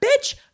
bitch